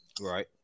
right